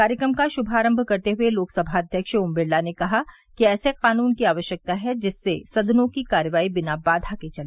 कार्यक्रम का शुभारम्म करते हुए लोकसभा अध्यक्ष ओम बिरला ने कहा कि ऐसे कानून की आवश्यकता है जिससे सदनों की कार्यवाही बिना बाधा के चले